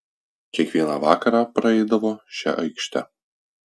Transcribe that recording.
kiekvieną vakarą praeidavo šia aikšte